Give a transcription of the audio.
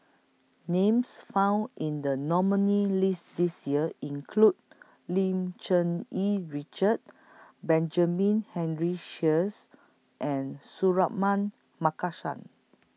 Names found in The nominees' list This Year include Lim Cherng Yih Richard Benjamin Henry Sheares and Suratman Markasan